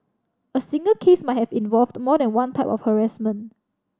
a single case might have involved more than one type of harassment